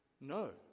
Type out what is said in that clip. No